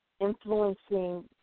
influencing